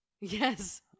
Yes